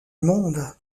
monde